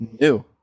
new